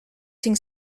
cinc